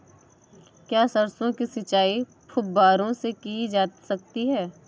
क्या सरसों की सिंचाई फुब्बारों से की जा सकती है?